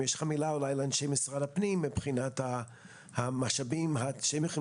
אם יש לך מילה אולי לאנשי משרד הפנים מבחינת המשאבים שהם יכולים